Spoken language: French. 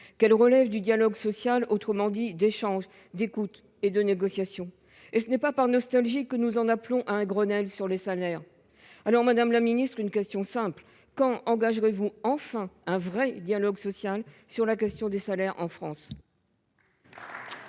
mais relève du dialogue social, autrement dit d'échanges, d'écoute et de négociations. Ce n'est pas par nostalgie que nous en appelons à un Grenelle sur les salaires. Madame la ministre, quand engagerez-vous enfin un vrai dialogue social sur la question des salaires en France ?